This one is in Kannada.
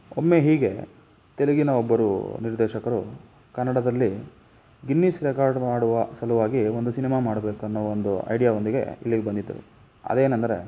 ಒಮ್ಮೆ ಹೀಗೇ ತೆಲುಗಿನ ಒಬ್ಬರು ನಿರ್ದೇಶಕರು ಕನ್ನಡದಲ್ಲಿ ಗಿನ್ನಿಸ್ ರೆಕಾರ್ಡ್ ಮಾಡುವ ಸಲುವಾಗಿ ಒಂದು ಸಿನೆಮಾ ಮಾಡಬೇಕನ್ನೋ ಒಂದು ಐಡ್ಯಾದೊಂದಿಗೆ ಇಲ್ಲಿಗೆ ಬಂದಿದ್ದರು ಅದೇನಂದರೆ